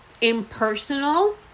impersonal